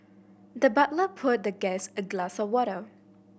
the butler poured the guest a glass of water